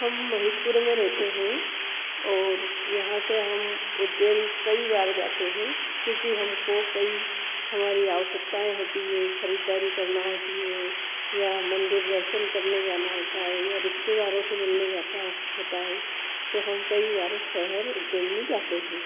हम महिपपुर में रहते हैं और यहाँ से हम उज्जैन कई बार जाते हैं क्योकि हमको कई हमारी आवश्यकतायें होती हैं खरीददारी करना होती है या मंदिर दर्शन करने जाना होता है या रिश्तेदारों से मिलने जाता होता है तो हम कई बार शहर उज्जैन जाते हैं